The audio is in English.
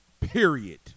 Period